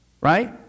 right